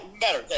better